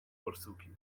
borsuki